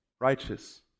righteous